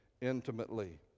intimately